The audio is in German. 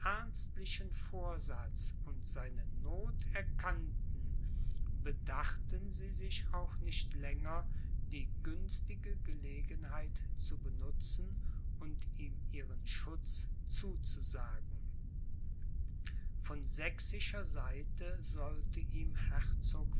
ernstlichen vorsatz und seine noth erkannten bedachten sie sich auch nicht länger die günstige gelegenheit zu benutzen und ihm ihren schutz zuzusagen von sächsischer seite sollte ihm